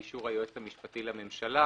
באישור היועץ המשפטי לממשלה,